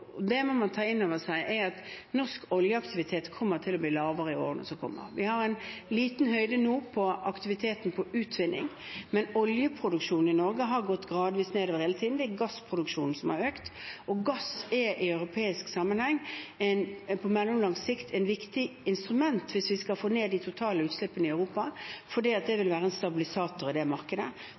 at norsk oljeaktivitet kommer til å bli lavere i årene som kommer. Vi har en liten topp når det gjelder aktiviteten på utvinning nå, men oljeproduksjonen i Norge har gått gradvis nedover hele tiden. Det er gassproduksjonen som har økt. Og gass er i europeisk sammenheng på mellomlang sikt et viktig instrument hvis vi skal få ned de totale utslippene i Europa, fordi det vil være en stabilisator i det markedet.